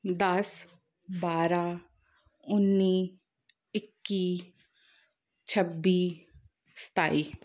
ਦਸ ਬਾਰਾਂ ਉੱਨੀ ਇੱਕੀ ਛੱਬੀ ਸਤਾਈ